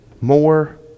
more